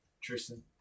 Tristan